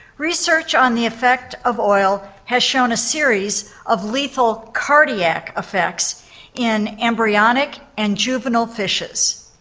research on the effect of oil has shown a series of lethal cardiac effects in embryonic and juvenile fishes.